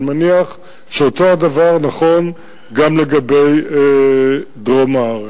אני מניח שאותו הדבר נכון גם לגבי דרום הארץ.